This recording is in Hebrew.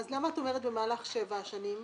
אז למה את אומרת במהלך שבע השנים?